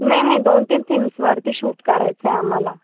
नाही नाही दोन तीन थिम्सवरती शूट करायचं आहे आम्हाला